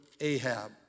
Ahab